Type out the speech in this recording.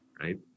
right